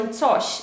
coś